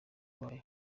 bayo